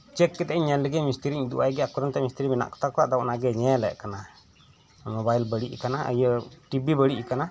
check ᱠᱟᱛᱮᱫ ᱤᱧ ᱧᱮᱞ ᱞᱮᱜᱮ ᱢᱤᱥᱛᱨᱤᱧ ᱩᱫᱩᱜ ᱟᱭᱜᱤ ᱟᱠᱚᱨᱮᱱ ᱦᱚᱸᱛᱚ ᱢᱤᱥᱛᱨᱤ ᱢᱮᱱᱟᱜ ᱠᱚᱛᱟ ᱠᱚᱣᱟ ᱟᱫᱚ ᱚᱱᱟᱜᱮᱭ ᱧᱮᱞᱮᱫ ᱠᱟᱱᱟ ᱢᱚᱵᱟᱭᱤᱞ ᱵᱟᱹᱲᱤᱡ ᱟᱠᱟᱱᱟ ᱤᱭᱟᱹ ᱴᱤᱵᱷᱤ ᱵᱟᱹᱲᱤᱡ ᱟᱠᱟᱱᱟ